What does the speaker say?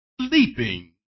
sleeping